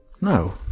No